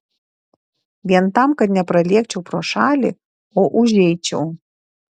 vien tam kad nepralėkčiau pro šalį o užeičiau